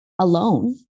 alone